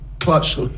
Clutch